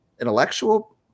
intellectual